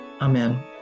Amen